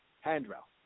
handrail